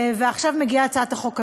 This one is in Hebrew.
ועכשיו מגיעה הצעת החוק הזאת,